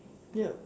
yup